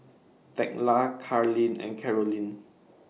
Thekla Carlyn and Karolyn